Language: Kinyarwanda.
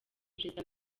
perezida